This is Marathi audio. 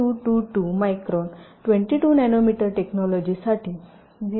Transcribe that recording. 222 मायक्रॉन 22 नॅनो मीटर टेक्नोलोंजिसाठी 0